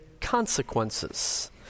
consequences